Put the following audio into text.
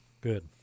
Good